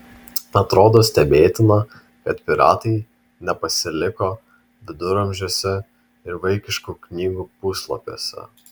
atrodo stebėtina kad piratai nepasiliko viduramžiuose ir vaikiškų knygų puslapiuose